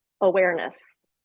awareness